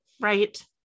Right